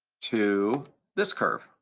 to this curve,